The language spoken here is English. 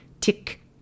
tick